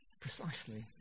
Precisely